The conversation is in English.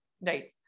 right